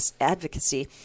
advocacy